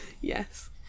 yes